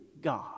God